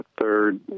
third